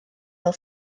fel